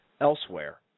elsewhere